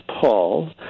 Paul